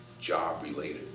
job-related